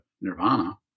nirvana